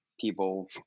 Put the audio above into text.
people